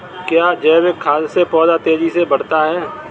क्या जैविक खाद से पौधा तेजी से बढ़ता है?